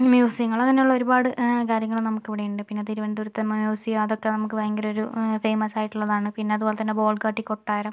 മ്യൂസിയങ്ങള് അങ്ങനെയുള്ള ഒരുപാട് കാര്യങ്ങള് നമുക്കിവിടെയുണ്ട് പിന്നെ തിരുവന്തപുരത്തെ മ്യൂസിയം അതൊക്കെ നമുക്ക് ഭയങ്കര ഒരു ഫേമസ് ആയിട്ടുള്ളതാണ് പിന്നെ അതുപോലെ തന്നെ ബോള്ഗാട്ടി കൊട്ടാരം